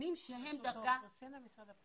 הממתינים שהם דרגה